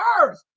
earth